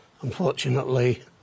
Unfortunately